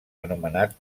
anomenat